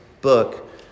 book